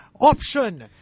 option